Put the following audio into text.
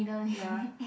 ya